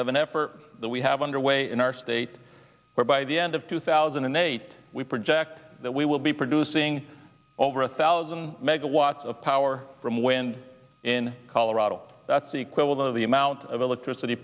of an effort that we have underway in our state or by the end of two thousand and eight we project that we will be producing over a thousand megawatts of power from wind in colorado that's equal to the amount of electricity